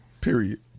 period